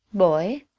boy,